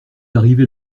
arrivé